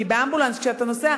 כי באמבולנס כשאתה נוסע,